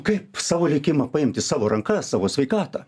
kaip savo likimą paimti į savo rankas savo sveikatą